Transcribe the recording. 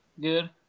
Good